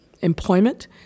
employment